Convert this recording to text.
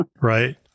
right